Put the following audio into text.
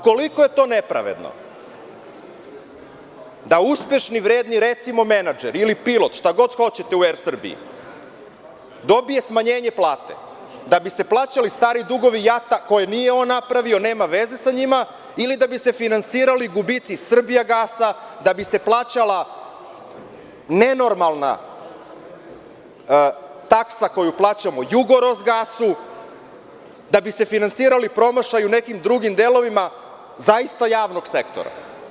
Koliko je to nepravedno da uspešni i vredni, recimo, menadžeri ili piloti, šta god hoćete, u „ER Srbiji“ dobijaju smanjenje plate da bi se plaćali stari dugovi JAT-a, koje nije on napravio, nema veze sa njima ili da bi se finansirali gubici „Srbijagasa“, da bi se plaćala nenormalna taksa koju plaćamo „Jugorosgasu“, da bi se finansirali promašaji u nekim drugim delovima zaista javnog sektora.